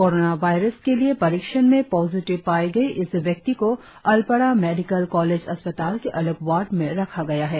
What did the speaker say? corona virus के लिए परीक्षण में पॉजिटिव पाए गए इस व्यक्ति को अल्पडा मेडिकल कॉलेज अस्पताल के अलग वार्ड में रखा गया है